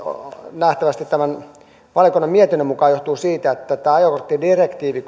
nähtävästi se tämän valiokunnan mietinnön mukaan johtuu siitä että kun tämä ajokorttidirektiivi